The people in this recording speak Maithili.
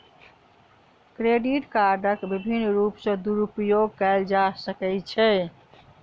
क्रेडिट कार्डक विभिन्न रूप सॅ दुरूपयोग कयल जा सकै छै